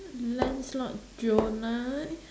lancelot jonah